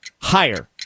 Higher